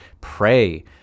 pray